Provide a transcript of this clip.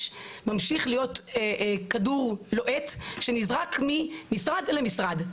ממשיך להיות כדור לוהט שנזרק ממשרד למשרד.